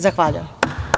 Zahvaljujem.